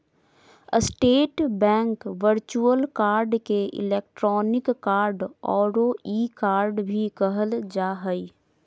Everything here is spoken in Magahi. स्टेट बैंक वर्च्युअल कार्ड के इलेक्ट्रानिक कार्ड औरो ई कार्ड भी कहल जा हइ